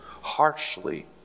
harshly